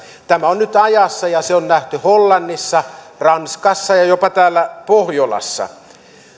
tämä on nyt ajassa ja se on nähty hollannissa ranskassa ja jopa täällä pohjolassa